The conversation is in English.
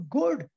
good